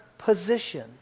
position